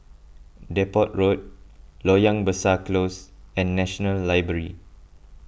Depot Road Loyang Besar Close and National Library